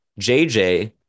JJ